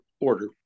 order